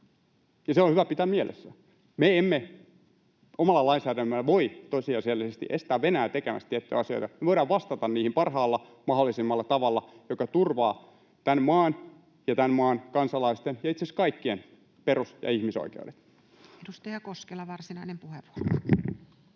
Se on hyvä pitää mielessä. Me emme omalla lainsäädännöllämme voi tosiasiallisesti estää Venäjää tekemästä tiettyjä asioita. Me voidaan vastata niihin parhaalla mahdollisella tavalla, joka turvaa tämän maan ja tämän maan kansalaisten ja itse asiassa kaikkien perus- ja ihmisoikeudet. Edustaja Koskela, varsinainen puheenvuoro.